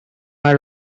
are